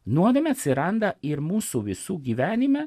nuodėmė atsiranda ir mūsų visų gyvenime